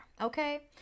Okay